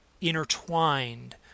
intertwined